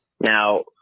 Now